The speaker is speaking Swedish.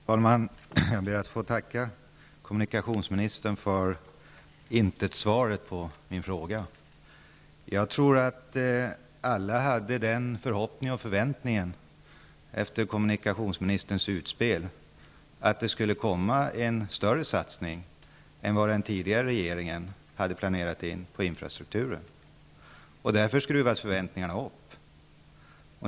Herr talman! Jag ber att få tacka kommunikationsministern för icke-svaret på min fråga. Jag tror att alla hade den förhoppningen, efter kommunikationsministerns utspel, att det skulle komma en större satsning på infrastrukturen än vad den tidigare regeringen hade planerat in. Därför skruvades förväntningarna upp.